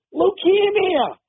leukemia